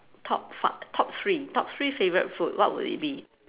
top fiv~ top three top three favourite food what would it be